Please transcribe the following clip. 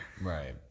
right